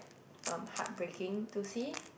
um heartbreaking to see